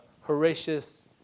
Horatius